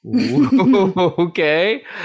Okay